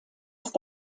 ist